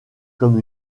comme